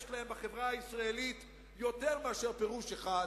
שיש להם בחברה הישראלית יותר מפירוש אחד